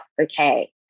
okay